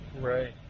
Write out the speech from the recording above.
Right